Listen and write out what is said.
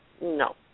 No